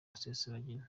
rusesabagina